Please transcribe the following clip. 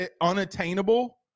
unattainable